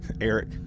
Eric